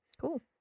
cool